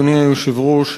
אדוני היושב-ראש,